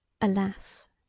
Alas